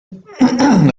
principal